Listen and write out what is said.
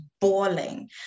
bawling